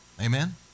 amen